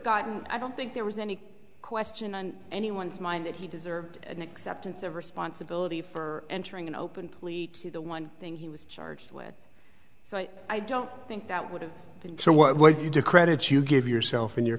gotten i don't think there was any question on anyone's mind that he deserved an acceptance of responsibility for entering an open plea the one thing he was charged with so i don't think that would have been so what you do credit you give yourself in your